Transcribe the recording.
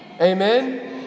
Amen